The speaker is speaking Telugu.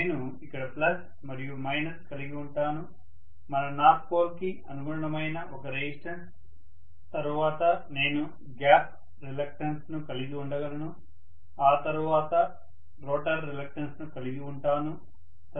నేను ఇక్కడ ప్లస్ మరియు మైనస్ కలిగి ఉంటాను మన నార్త్ పోల్ కి అనుగుణమైన ఒక రెసిస్టెన్స్ తరువాత నేను గ్యాప్ రిలక్టన్స్ ను కలిగి ఉండగలను ఆ తర్వాత రోటర్ రిలక్టన్స్ ను కలిగివుంటాను